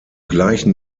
gleichen